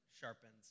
sharpens